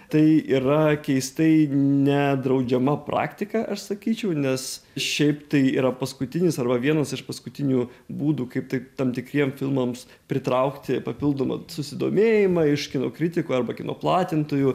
tai yra keistai nedraudžiama praktika aš sakyčiau nes šiaip tai yra paskutinis arba vienas iš paskutinių būdų kaip tai tam tikriem filmams pritraukti papildomą susidomėjimą iš kino kritikų arba kino platintojų